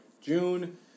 June